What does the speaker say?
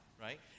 right